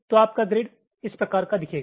तो आपका ग्रिड इस प्रकार का दिखेगा